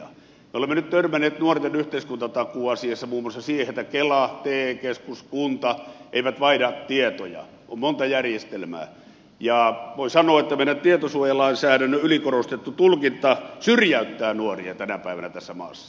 me olemme nyt törmänneet nuorten yhteiskuntatakuuasiassa muun muassa siihen että kela te keskus kunta eivät vaihda tietoja on monta järjestelmää ja voi sanoa että meidän tietosuojalainsäädännön ylikorostettu tulkinta syrjäyttää nuoria tänä päivänä tässä maassa